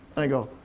and i go,